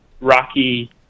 rocky